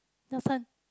your turn